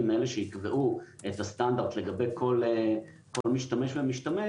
הם אלו שיקבעו את הסטנדרט לגבי כל משתמש ומשתמש